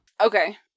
Okay